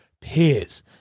peers